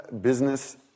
business